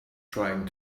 trying